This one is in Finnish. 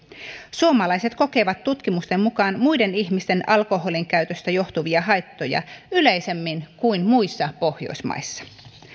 suomalaiset kokevat tutkimusten mukaan muiden ihmisten alkoholinkäytöstä johtuvia haittoja yleisemmin kuin ihmiset muissa pohjoismaissa